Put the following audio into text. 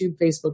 Facebook